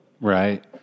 Right